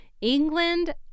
England